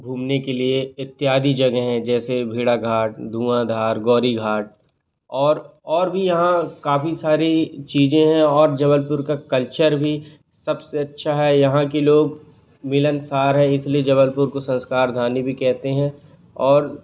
घूमने के लिए इत्यादि जगहें हैं जैसे भेड़ा घाट धुँआधार गौरी घाट और और भी यहाँ काफ़ी सारी चीज़े हैं और जबलपुर का कल्चर भी सब से अच्छा है यहाँ के लोग मिलनसार हैं इस लिए जबलपुर को संस्कारधानी भी कहते हैं और